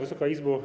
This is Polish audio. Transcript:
Wysoka Izbo!